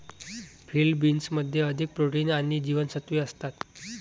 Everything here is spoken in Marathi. फील्ड बीन्समध्ये अधिक प्रोटीन आणि जीवनसत्त्वे असतात